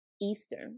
Eastern